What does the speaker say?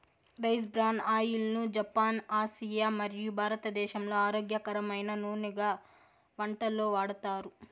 rice bran oil ను Japan, Asia మరియు భారతదేశంలో ఆరోగ్యకరమైన నూనెగా వంటలలో వాడతారు